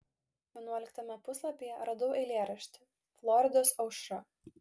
vienuoliktame puslapyje radau eilėraštį floridos aušra